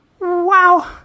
Wow